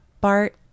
Bart